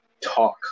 talk